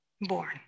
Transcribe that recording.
born